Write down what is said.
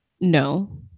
No